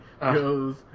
goes